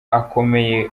akomeye